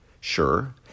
Sure